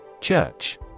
Church